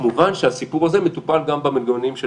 כמובן שהסיפור הזה מטופל גם במנגנונים של